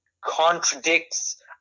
contradicts